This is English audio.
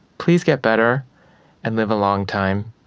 please get better and live a long time.